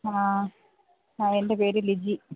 ആ അ എൻ്റെ പേര് ലിജി